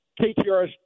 KTRS